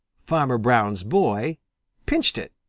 farmer brown's boy pinched it.